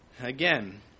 Again